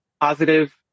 positive